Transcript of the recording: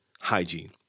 hygiene